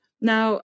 Now